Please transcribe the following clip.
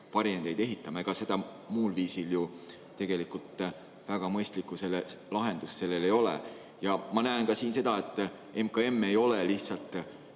varjendeid ehitama. Ega muul viisil ju tegelikult väga mõistlikku lahendust sellele ei ole. Ja ma näen siin ka seda, et MKM ei ole lihtsalt